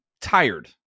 tired